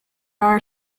are